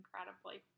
Incredibly